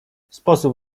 sposób